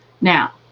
Now